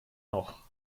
noch